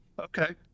Okay